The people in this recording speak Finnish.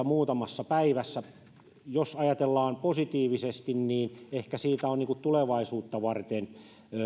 muutamassa päivässä jos ajatellaan positiivisesti niin ehkä siitä on tulevaisuutta varten